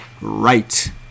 Right